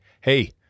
hey